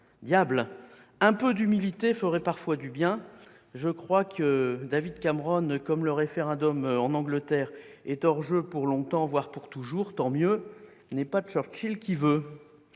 diable, un peu d'humilité ferait du bien ! Je crois que David Cameron, tout comme le référendum en Angleterre, est hors-jeu pour longtemps, voire pour toujours. Tant mieux ! N'est pas Churchill qui veut